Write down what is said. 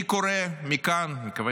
אני קורא מכאן, אני מקווה